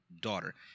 daughter